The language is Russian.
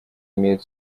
имеют